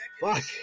Fuck